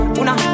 una